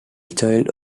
child